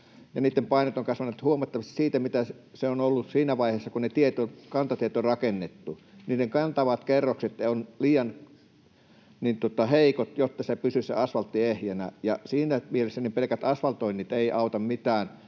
paino on kasvanut huomattavasti siitä, mitä ne ovat olleet siinä vaiheessa, kun ne kantatiet on rakennettu. Niiden kantavat kerrokset ovat liian heikot, jotta se asfaltti pysyisi ehjänä, ja siinä mielessä ne pelkät asfaltoinnit eivät auta mitään,